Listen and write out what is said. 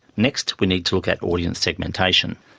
next we need to look at audience segmentation.